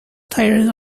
tired